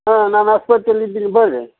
ಹಾಂ ನಾನು ಆಸ್ಪತ್ರೆಲಿ ಇದ್ದೀನಿ ಬರ್ರಿ